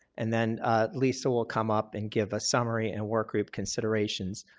and then lisa will come up and give a summary and workgroup considerations.